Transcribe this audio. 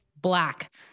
black